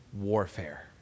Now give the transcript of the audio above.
warfare